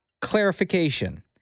clarification